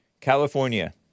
California